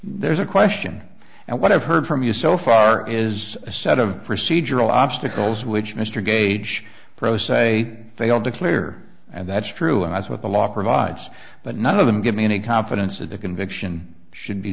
there's a question and what i've heard from you so far is a set of procedural obstacles which mr gage pro se failed to clear and that's true and that's what the law provides but none of them give me any confidence that the conviction should